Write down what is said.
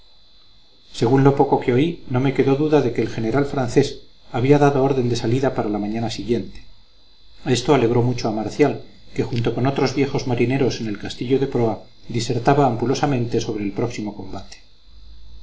según lo poco que oí no me quedó duda de que el general francés había dado orden de salida para la mañana siguiente esto alegró mucho a marcial que junto con otros viejos marineros en el castillo de proa disertaba ampulosamente sobre el próximo combate